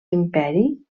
imperi